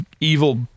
evil